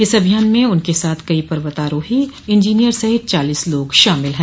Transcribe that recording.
इस अभियान में उनके साथ कई पर्वतारोही और इंजीनियर सहित चालीस लोग शामिल हैं